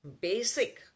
basic